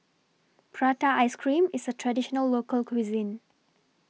Prata Ice Cream IS A Traditional Local Cuisine